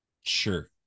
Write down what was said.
Sure